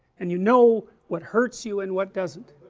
and you know what hurts you and what doesn't